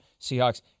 Seahawks